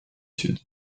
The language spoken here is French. sud